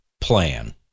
plan